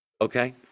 Okay